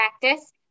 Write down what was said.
practice